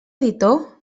editor